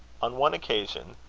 on one occasion,